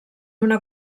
una